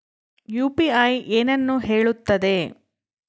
UPI ಏನನ್ನು ಹೇಳುತ್ತದೆ?